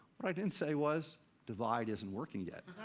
i didn't say was, divide isn't working yet.